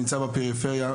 נמצא בפריפריה,